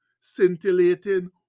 scintillating